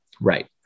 Right